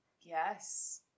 Yes